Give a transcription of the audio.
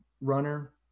runner